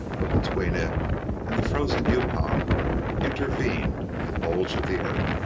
but between it and the frozen yukon intervened the bulge of the earth.